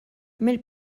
mill